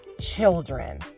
children